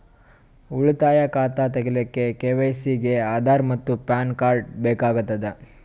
ಉಳಿತಾಯ ಖಾತಾ ತಗಿಲಿಕ್ಕ ಕೆ.ವೈ.ಸಿ ಗೆ ಆಧಾರ್ ಮತ್ತು ಪ್ಯಾನ್ ಕಾರ್ಡ್ ಬೇಕಾಗತದ